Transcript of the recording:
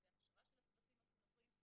על ידי הכשרה של הצוותים החינוכיים,